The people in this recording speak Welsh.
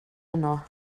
yno